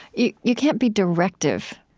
you you can't be directive,